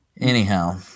Anyhow